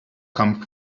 come